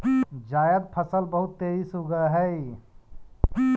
जायद फसल बहुत तेजी से उगअ हई